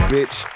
Bitch